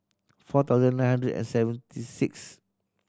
four thousand nine hundred and seventy sixth